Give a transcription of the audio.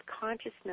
consciousness